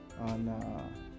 on